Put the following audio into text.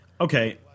Okay